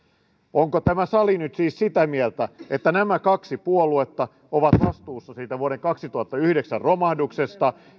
onko tämä sali nyt siis sitä mieltä että nämä kaksi puoluetta ovat vastuussa siitä vuoden kaksituhattayhdeksän romahduksesta ja